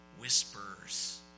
whispers